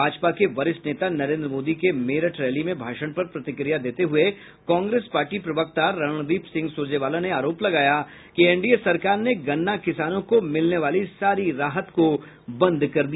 भाजपा के वरिष्ठ नेता नरेन्द्र मोदी के मेरठ रैली में भाषण पर प्रतिक्रिया देते हुए कांग्रेस पार्टी प्रवक्ता रणदीप सिंह सुरजेवाला ने आरोप लगाया कि एनडीए सरकार ने गन्ना किसानों को मिलने वाली सारी राहत को बंद कर दिया